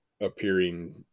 appearing